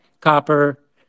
copper